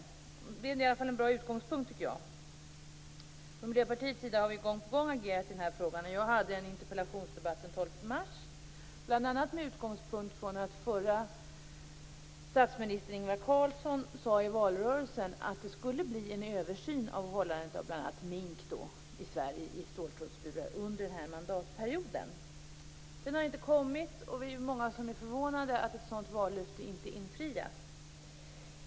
Det är i alla fall en bra utgångspunkt. Från Miljöpartiets sida har vi gång på gång agerat i den här frågan. Jag hade en interpellationsdebatt med jordbruksministern den 12 mars, bl.a. med utgångspunkt från att förre statsministern Ingvar Carlsson sade i valrörelsen att det skulle bli en översyn av hållandet av bl.a. mink i ståltrådsburar i Sverige under den här mandatperioden. Den översynen har inte kommit, och vi är många som är förvånade över att ett sådant vallöfte inte infriats.